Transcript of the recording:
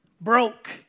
broke